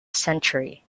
century